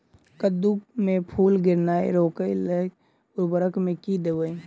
कद्दू मे फूल गिरनाय रोकय लागि उर्वरक मे की देबै?